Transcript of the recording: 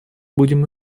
будем